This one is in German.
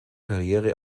karriere